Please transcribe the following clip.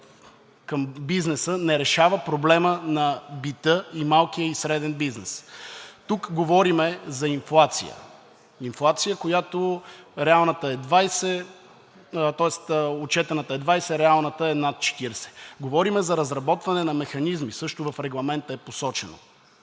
към бизнеса, не решава проблема на бита и малкия и среден бизнес. Тук говорим за инфлация – инфлация, която… отчетената е 20, реалната е над 40. Говорим за разработване на механизми, също в Регламента е посочено,